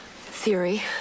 Theory